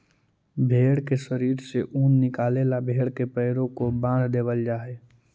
भेंड़ के शरीर से ऊन निकाले ला भेड़ के पैरों को बाँध देईल जा हई